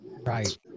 Right